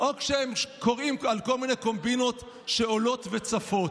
או כשהם קוראים על כל מיני קומבינות שעולות וצפות.